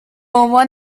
عنوان